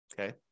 Okay